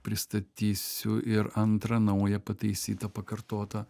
pristatysiu ir antrą naują pataisytą pakartotą